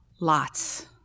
lots